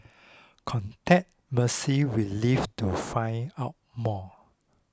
contact Mercy Relief to find out more